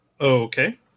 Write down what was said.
Okay